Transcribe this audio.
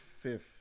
fifth